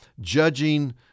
judging